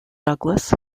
douglas